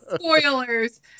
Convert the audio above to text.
spoilers